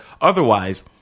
otherwise